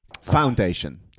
Foundation